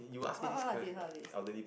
what what what's this what's this